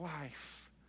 life